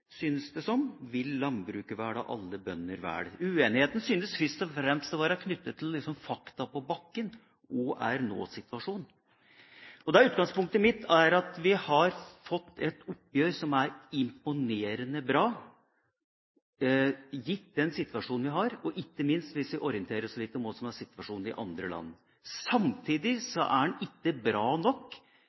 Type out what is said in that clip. synes først og fremst å være knyttet til fakta på bakken og nå-situasjonen. Utgangspunktet mitt er at vi har fått et oppgjør som er imponerende bra, gitt den situasjonen vi er i, ikke minst hvis vi orienterer oss litt om hva som er situasjonen i andre land. Samtidig er den ikke bra nok